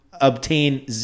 obtain